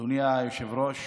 אדוני היושב-ראש,